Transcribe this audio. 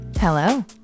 Hello